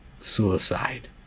suicide